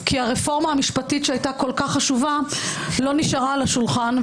כי הרפורמה המשפטית שהייתה כל כך חשובה לא נשארה על השולחן,